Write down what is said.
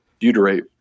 butyrate